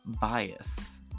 bias